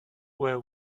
wear